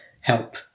help